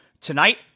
Tonight